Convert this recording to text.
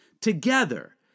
Together